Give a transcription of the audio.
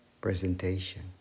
presentation